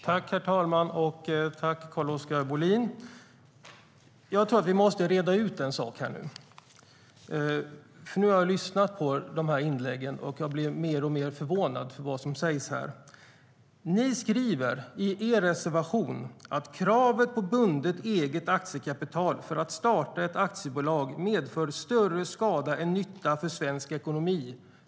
Herr talman! Jag tror att vi måste reda ut en sak. Nu har jag lyssnat på inläggen och blivit mer och mer förvånad över vad som sägs. Ni skriver i er reservation, Carl-Oskar Bohlin, att "kravet på bundet eget aktiekapital för att kunna starta ett aktiebolag medför större skada än nytta för svensk ekonomi".